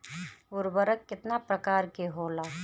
उर्वरक केतना प्रकार के होला?